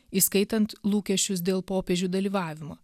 įskaitant lūkesčius dėl popiežių dalyvavimo